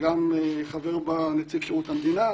וגם חבר בה נציב שירות המדינה.